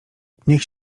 niech